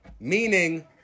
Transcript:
Meaning